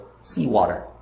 seawater